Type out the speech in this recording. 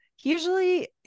usually